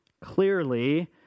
Clearly